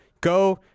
Go